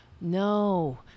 No